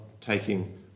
taking